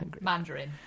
Mandarin